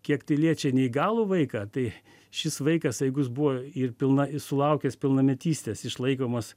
kiek tai liečia neįgalų vaiką tai šis vaikas jeigu jis buvo ir pilnai sulaukęs pilnametystės išlaikomas